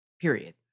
period